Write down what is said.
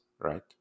right